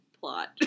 plot